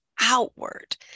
outward